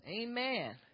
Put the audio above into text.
Amen